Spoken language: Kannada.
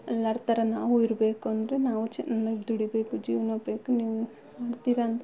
ಎಲ್ಲಾರ ಥರ ನಾವು ಇರಬೇಕು ಅಂದರೆ ನಾವು ಚೆನ್ನಾಗ್ ದುಡಿಬೇಕು ಜೀವನೋಪಾಯಕ್ಕೆ ನೀವು ಮಾಡ್ತಿರಾ ಅಂದರೆ